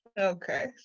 Okay